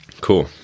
Cool